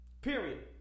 Period